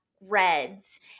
Reds